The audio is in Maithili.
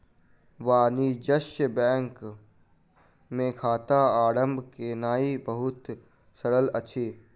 वाणिज्य बैंक मे खाता आरम्भ केनाई बहुत सरल अछि